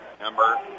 number